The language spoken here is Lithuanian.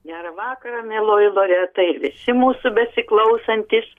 gerą vakarą mieloji loreta ir visi mūsų besiklausantys